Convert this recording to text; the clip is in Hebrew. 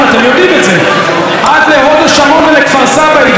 אתם יודעים את זה: עד להוד השרון ולכפר סבא הגיעו